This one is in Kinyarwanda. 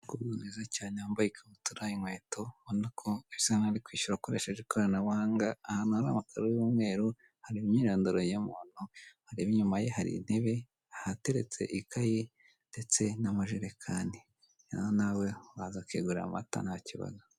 Umukobwa mwiza cyane wambaye ikabutura, inkweto ubona ko asa n'uri kwishyura akoresheje ikoranabuhanga, ahantu hari amakaro y'umweru, hari imyirondoro y'umuntu, inyuma ye hari intebe, ahateretse ikaye ndetse n'amajerekani, rero nawe waza ukigurira amata ntakibazo.